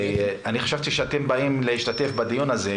חשבתי שאתם באים להשתתף בדיון הזה,